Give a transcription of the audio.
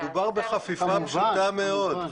מדובר בחפיפה פשוטה מאוד,